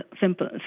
simple